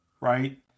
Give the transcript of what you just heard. right